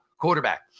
quarterback